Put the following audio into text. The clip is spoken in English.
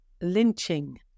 lynching